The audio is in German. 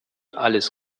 alles